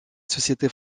société